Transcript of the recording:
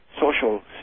social